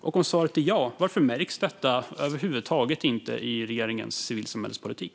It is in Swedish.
Och om svaret är ja, varför märks detta över huvud taget inte i regeringens civilsamhällespolitik?